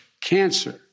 cancer